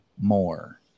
more